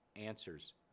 answers